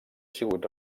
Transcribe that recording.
sigut